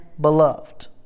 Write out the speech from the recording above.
beloved